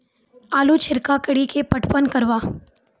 आलू छिरका कड़ी के पटवन करवा?